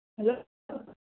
hello